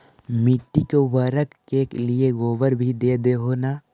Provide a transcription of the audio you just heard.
मिट्टी के उर्बरक के लिये गोबर भी दे हो न?